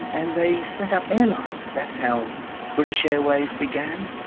and they set up airlines. that's how british airways began,